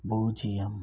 பூஜ்ஜியம்